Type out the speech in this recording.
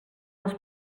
les